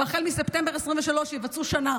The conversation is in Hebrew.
והחל מספטמבר 2023 יבצעו שנה.